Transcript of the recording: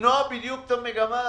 למנוע בדיוק את המגמה הזאת.